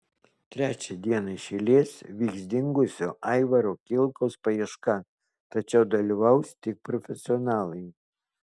trečią dieną iš eilės vyks dingusio aivaro kilkaus paieška tačiau dalyvaus tik profesionalai